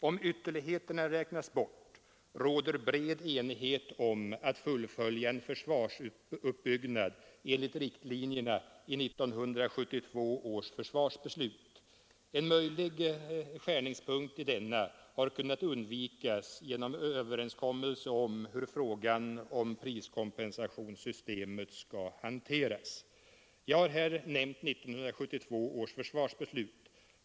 Om ytterligheterna räknas bort, råder bred enighet om att fullfölja en försvarsuppbyggnad enligt riktlinjerna i 1972 års försvarsbeslut. En möjlig skärningspunkt i denna har kunnat undvikas genom överenskommelse om hur priskom pensationssystemet skall hanteras. Jag har här nämnt 1972 års försvarsbeslut.